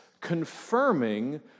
confirming